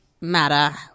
matter